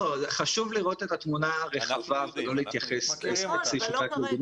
חשוב לראות את התמונה הרחבה ולא להתייחס ספציפית.